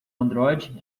android